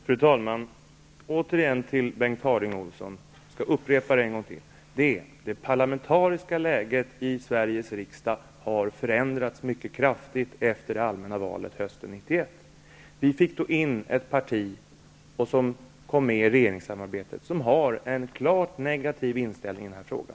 Fru talman! Jag vill återigen till Bengt Harding Olson säga att det parlamentariska läget i Sveriges riksdag har förändrats mycket kraftigt efter det allmänna valet hösten 1991. Vi fick då i riksdagen in ett nytt parti som också kom med i regeringen. Detta parti har en klart negativ inställning i denna fråga.